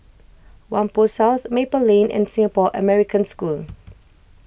Whampoa South Maple Lane and Singapore American School